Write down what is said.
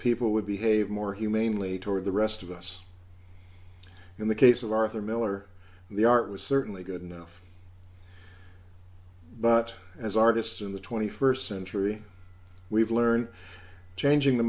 people would behave more humanely toward the rest of us in the case of arthur miller the art was certainly good enough but as artists in the twenty first century we've learned changing the